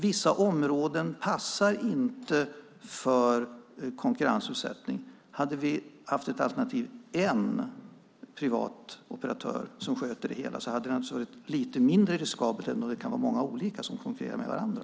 Vissa områden passar därför inte för konkurrensutsättning. Hade vi haft alternativet med en privat operatör som sköter det hela hade det naturligtvis varit lite mindre riskabelt än om det är många olika som konkurrerar med varandra.